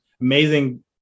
amazing